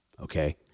okay